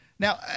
Now